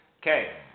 Okay